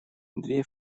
две